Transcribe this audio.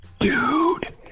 dude